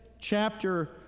chapter